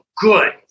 good